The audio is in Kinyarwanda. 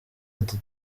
ati